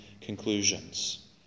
conclusions